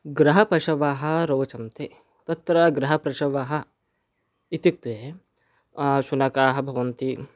गृहपशवः रोचन्ते तत्र गृहपशवः इत्युक्ते शुनकाः भवन्ति